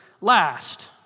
last